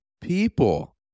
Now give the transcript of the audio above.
people